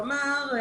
כלומר,